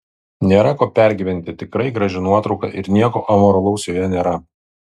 nėra ko pergyventi tikrai graži nuotrauka ir nieko amoralaus joje nėra